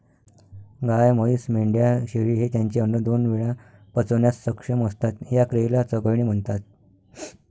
गाय, म्हैस, मेंढ्या, शेळी हे त्यांचे अन्न दोन वेळा पचवण्यास सक्षम असतात, या क्रियेला चघळणे म्हणतात